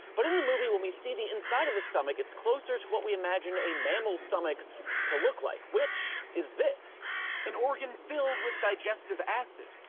but in the movie, when we see the inside of the stomach, it's closer to what we imaging a mammal stomach to look like, which is this an organ filled with digestive acid.